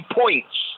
points